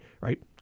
right